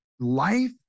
life